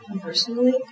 personally